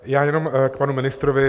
Já jenom k panu ministrovi.